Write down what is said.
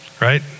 right